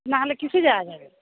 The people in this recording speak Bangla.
না হলে কিসে যাওয়া যাবে